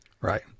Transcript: Right